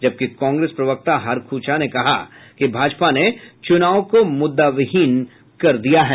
जबकि कांग्रेस प्रवक्ता हरख् झा ने कहा कि भाजपा ने चुनाव को मुद्दाविहीन कर दिया है